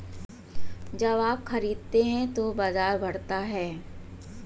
जब आप खरीदते हैं तो बाजार बढ़ता है